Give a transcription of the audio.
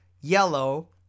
yellow